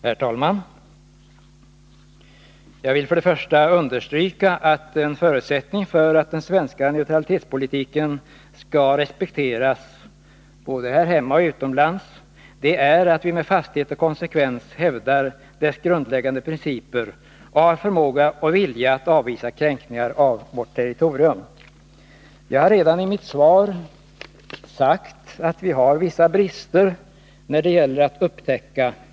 Herr talman! Jag vill understryka att en förutsättning för att den svenska neutralitetspolitiken skall respekteras både här hemma och utomlands är att vi med fasthet och konsekvens hävdar dess grundläggande principer och har förmåga och vilja att avvisa kränkningar av vårt territorium. Jag har redan i mitt svar sagt att vi har vissa brister i vår övervakning.